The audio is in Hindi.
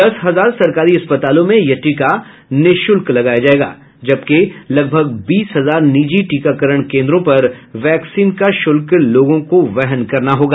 दस हजार सरकारी अस्पतालों में यह टीका निःशुल्क लगाया जाएगा जबकि लगभग बीस हजार निजी टीकाकरण केन्द्रों पर वैक्सीन का शुल्क लोगों को वहन करना होगा